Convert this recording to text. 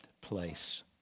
place